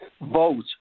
vote